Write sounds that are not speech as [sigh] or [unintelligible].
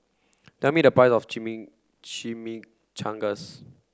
tell me the price of [unintelligible] Chimichangas